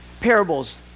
parables